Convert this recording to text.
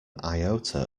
iota